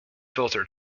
filter